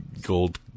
Gold